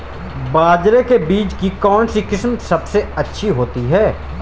बाजरे के बीज की कौनसी किस्म सबसे अच्छी होती है?